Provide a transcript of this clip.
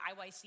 IYC